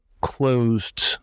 closed